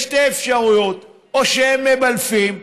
יש שתי אפשרויות: או שהם מבלפים,